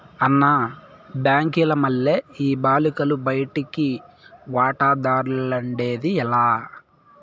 అన్న, బాంకీల మల్లె ఈ బాలలకు బయటి వాటాదార్లఉండేది లా